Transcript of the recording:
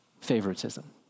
favoritism